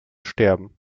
sterben